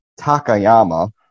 Takayama